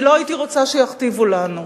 אני לא הייתי רוצה שיכתיבו לנו,